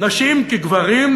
נשים כגברים,